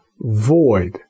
void